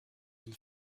une